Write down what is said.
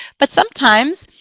but sometimes,